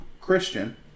Christian